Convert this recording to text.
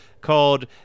called